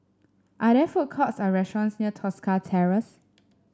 are there food courts or restaurants near Tosca Terrace